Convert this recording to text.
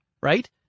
Right